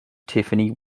tiffany